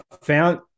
found